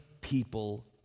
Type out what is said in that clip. people